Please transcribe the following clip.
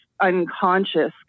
unconscious